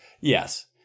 Yes